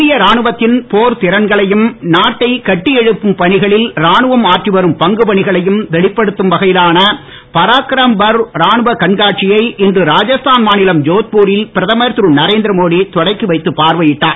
இந்திய ராணுவத்தின் போர்த் திறன்களையும் நாட்டைக் கட்டி எழுப்பும் பணிகளில் ராணுவம் ஆற்றி வரும் பங்கு பணிகளையும் வெளிப்படுத்தும் வகையிலான பராக்ரம் பர்வ் ராணுவக் கண்காட்சியை இன்று ராஜஸ்தான் மாநிலம் ஜோத்பு ரில் பிரதமர் திருநரேந்திர மோடி தொடக்கிவைத்துப் பார்வையிட்டார்